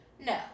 No